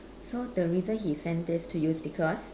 so the reason he send this to you is because